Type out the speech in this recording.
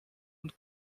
und